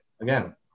again